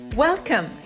Welcome